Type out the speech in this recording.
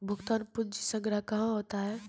भुगतान पंजी संग्रह कहां होता हैं?